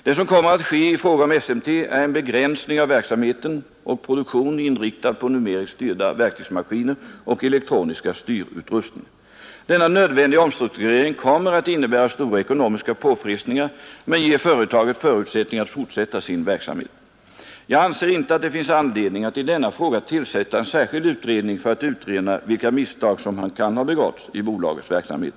Det som kommer att ske i fråga om SMT är en begränsning av verksamheten och produktion inriktad på numeriskt styrda verktygsmaskiner och elektroniska styrutrustningar. Denna nödvändiga omstrukturering kommer att innebära stora ekonomiska påfrestningar men ger företaget förutsättningar att fortsätta sin verksamhet. Jag anser inte att det finns anledning att i denna fråga tillsätta en särskild utredning för att utröna vilka misstag som kan ha begåtts i bolagets verksamhet.